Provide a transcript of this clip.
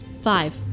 five